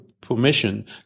permission